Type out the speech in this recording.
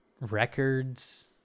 records